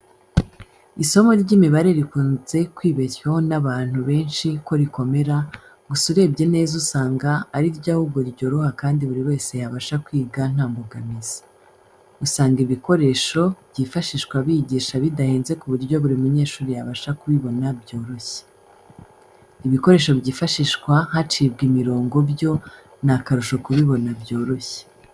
Isomo ry'imibare rikunze kwibeshywaho n'abantu benshi ko rikomera, gusa urebye neza usanga ari ryo ahubwo ryoroha kandi buri wese yabasha kwiga nta mbogamizi. Usanga ibikoresho byifashishwa bigisha bidahenze ku buryo buri munyeshuri yabasha kubibona byoroshye. Ibikoresho byifashishwa hacibwa imirongo, byo ni akarusho kubibona byoroshye.